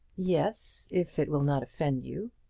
yes if it will not offend you.